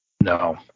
No